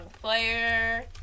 Player